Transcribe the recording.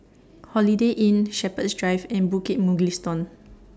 Holiday Inn Shepherds Drive and Bukit Mugliston